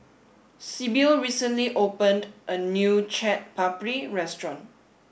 Sibyl recently opened a new Chaat Papri restaurant